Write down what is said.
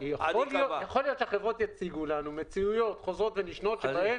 יכול להיות שהחברות יציגו לנו מציאויות חוזרות ונשנות שבהן